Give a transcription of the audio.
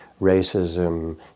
racism